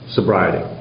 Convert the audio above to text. Sobriety